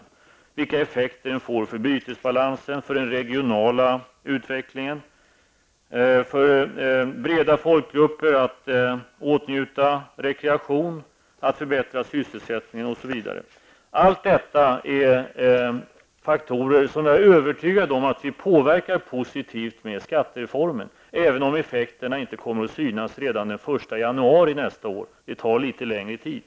Hon undrade vilka effekterna blir för bytesbalansen, för den regionala utvecklingen, för breda folkgruppers möjlighet att åtnjuta rekreation, för sysselsättningsläget osv. Allt detta är faktorer som jag är övertygad om påverkas positivt genom skattereformen, även om effekterna inte kommer att synas redan den 1 januari nästa år. Det tar litet längre tid.